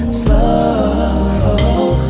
slow